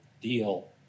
deal